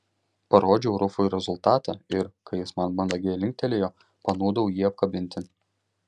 parodžiau rufui rezultatą ir kai jis man mandagiai linktelėjo panūdau jį apkabinti